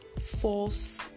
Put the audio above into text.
false